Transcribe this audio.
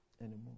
anymore